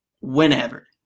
whenever